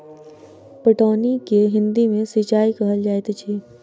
पटौनी के हिंदी मे सिंचाई कहल जाइत अछि